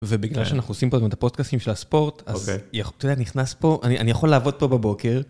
ובגלל שאנחנו עושים פה את הפודקאסים של הספורט, אוקיי. איך, אתה יודע, נכנס פה, אני יכול לעבוד פה בבוקר.